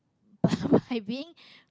but by being